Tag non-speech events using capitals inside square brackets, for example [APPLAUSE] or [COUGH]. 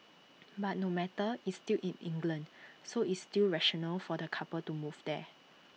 [NOISE] but no matter it's still in England so it's still rational for the couple to move there